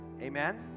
Amen